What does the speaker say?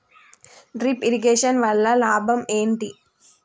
Drip irrigation వల్ల లాభం ఏంటి?